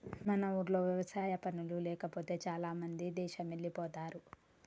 మన ఊర్లో వ్యవసాయ పనులు లేకపోతే చాలామంది దేశమెల్లిపోతారు